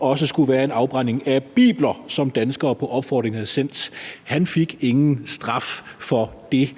også skulle være en afbrænding af bibler, som danskere på opfordring havde sendt. Han fik ingen straf for det,